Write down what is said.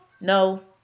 no